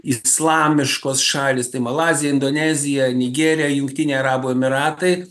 islamiškos šalys tai malaizija indonezija nigerija jungtiniai arabų emyratai